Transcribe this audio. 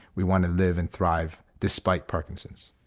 we want to live and thrive despite parkinson's